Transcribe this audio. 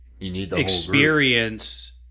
experience